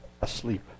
asleep